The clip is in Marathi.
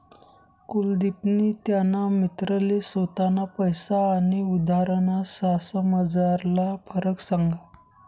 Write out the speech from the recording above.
कुलदिपनी त्याना मित्रले स्वताना पैसा आनी उधारना पैसासमझारला फरक सांगा